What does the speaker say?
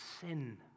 sin